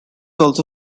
also